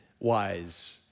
wise